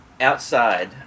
outside